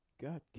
God